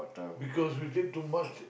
because we drink too much